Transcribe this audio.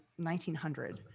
1900